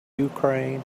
ukraine